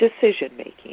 decision-making